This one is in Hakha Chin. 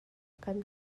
kan